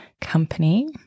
company